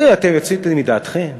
תגידו, אתם יצאתם מדעתכם?